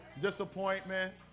Disappointment